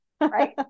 right